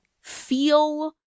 feel